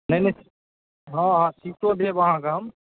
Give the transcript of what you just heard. नहि नहि हँ शीशो देब अहाँकेँ हम